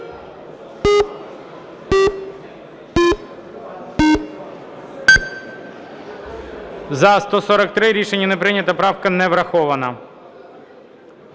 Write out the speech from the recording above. За-143 Рішення не прийнято. Правка не врахована.